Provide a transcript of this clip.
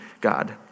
God